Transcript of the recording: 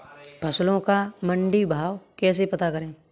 फसलों का मंडी भाव कैसे पता करें?